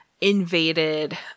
invaded